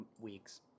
weeks